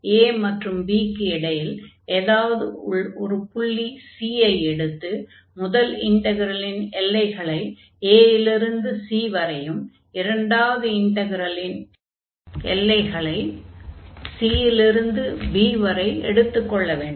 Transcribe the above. a மற்றும் b க்கு இடையில் உள்ள ஏதாவது ஒரு புள்ளி c ஐ எடுத்து முதல் இன்டக்ரலின் எல்லைகளை a இல் இருந்து c வரையும் இரண்டாவது இன்டக்ரலின் எல்லைகளை c இல் இருந்து b வரை எடுத்துக் கொள்ள வேண்டும்